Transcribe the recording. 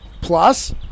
plus